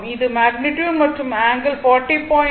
இது மேக்னிட்யுட் மற்றும் ஆங்கிள் 40